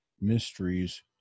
mysteries